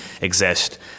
exist